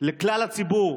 לכלל הציבור,